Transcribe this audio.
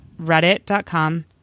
reddit.com